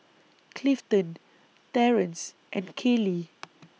Clifton Terrance and Kallie